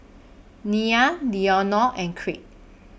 Nia Leonor and Crete